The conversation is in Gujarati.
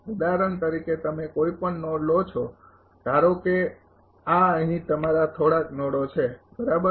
ઉદાહરણ તરીકે તમે કોઈપણ નોડ લો છો ધારો કે આ અહીં તમારા થોડાક નોડો છે બરાબર